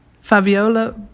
Fabiola